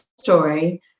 story